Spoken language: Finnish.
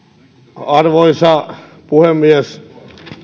arvoisa puhemies